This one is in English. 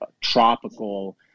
tropical